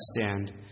stand